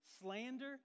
slander